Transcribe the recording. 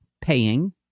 paying